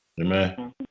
Amen